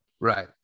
Right